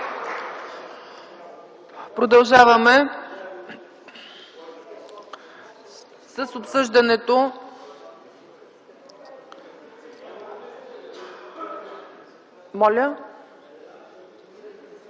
Продължаваме с обсъждането.